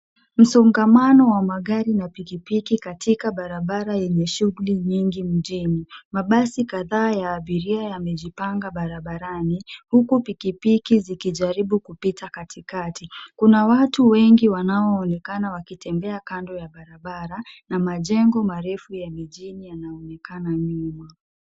Msongamano wa magari na pikipiki katika barabara yenye shughuli nyingi mjini. Mabasi kadhaa ya abiria yamejipanga barabarani huku pikipiki zikijaribu kupita katikati. Kuna watu wengi wanaoonekana wakitembea kando ya barabara na majengo marefu ya mijini yanaonekana nyuma.